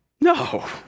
no